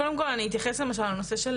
קודם כל אני אתייחס למשל לנושא של